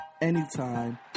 anytime